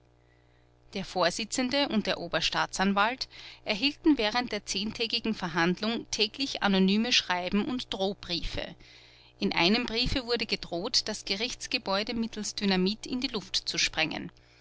der vorsitzende und der oberstaatsanwalt erhielten während der zehntägigen verhandlung täglich anonyme schreiben und drohbriefe in einem briefe wurde gedroht das gerichtsgebäude mittels dynamit in die luft zu sprengen